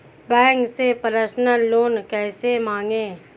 Bank से personal loan कैसे मांगें?